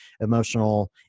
emotional